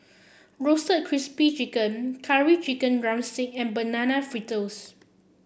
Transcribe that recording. Roasted Crispy chicken Curry Chicken drumstick and Banana Fritters